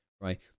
right